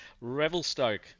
Revelstoke